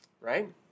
right